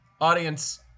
audience